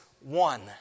One